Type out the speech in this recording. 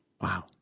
Wow